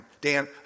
Dan